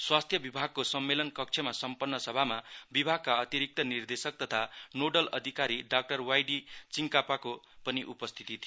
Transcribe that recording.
स्वास्थ्य विभागको सम्मेलन कक्षमा सम्पन्न सभामा विभागका अतिरिक्त निर्देशक तथा नोडल अधिकारी डाक्टर वाईडी चिङकापाको पनि उपस्थिति थियो